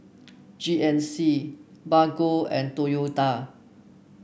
G N C Bargo and Toyota